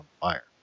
fire